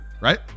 Right